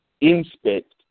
inspect